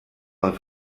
man